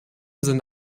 sind